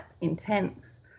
intense